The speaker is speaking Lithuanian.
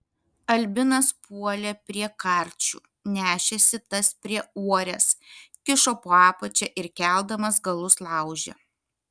albinas puolė prie karčių nešėsi tas prie uorės kišo po apačia ir keldamas galus laužė